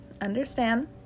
understand